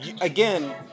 Again